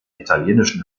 italienischen